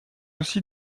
aussi